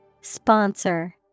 Sponsor